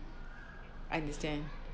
understand